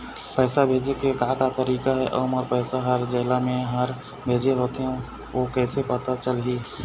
पैसा भेजे के का का तरीका हे अऊ मोर पैसा हर जेला मैं हर भेजे होथे ओ कैसे पता चलही?